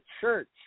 church